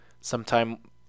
sometime